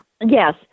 Yes